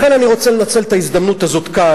לכן אני רוצה לנצל את ההזדמנות הזאת כאן,